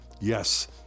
Yes